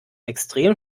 extrem